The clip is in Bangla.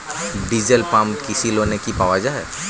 ডিজেল পাম্প কৃষি লোনে কি পাওয়া য়ায়?